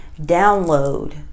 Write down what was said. download